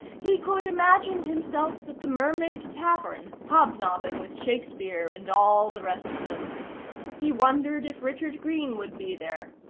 he could imagine himself at the mermaid tavern, hob-nobbing with shakespeare and all the rest of them he wondered if richard greene would be there.